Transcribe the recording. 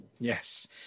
yes